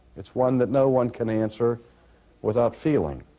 it's one that no one can answer without feeling.